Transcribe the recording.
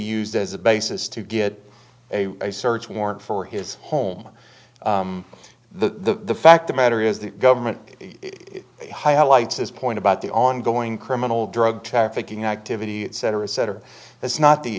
used as a basis to get a search warrant for his home the fact the matter is the government it highlights his point about the ongoing criminal drug trafficking activity cetera et cetera that's not the